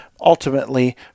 Ultimately